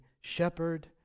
shepherd